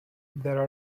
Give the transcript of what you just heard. there